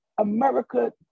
America